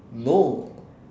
no